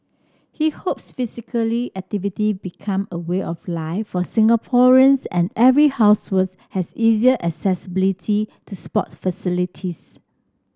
he hopes physically activity become a way of life for Singaporeans and every house was has easier accessibility to sport facilities